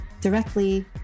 directly